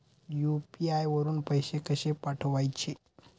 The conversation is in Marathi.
यु.पी.आय वरून पैसे कसे पाठवायचे?